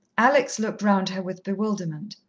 alex looked round her with bewilderment.